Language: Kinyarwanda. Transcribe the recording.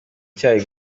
icyayi